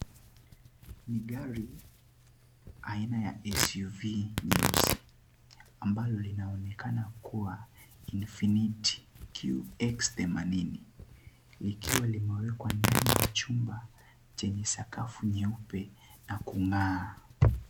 Ni gari aina ya SUV nyeusi ambalo linaonekana kuwa Infinite Qx themanini. Likiwa limewekwa ndani ya chumba chenye sakafu nyeupe na kung'aa